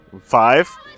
Five